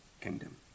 kingdom